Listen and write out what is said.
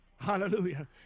Hallelujah